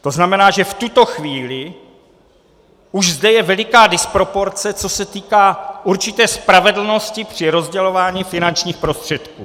To znamená, že v tuto chvíli už zde je veliká disproporce, co se týká určité spravedlnosti při rozdělování finančních prostředků.